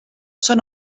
són